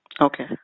Okay